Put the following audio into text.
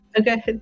Okay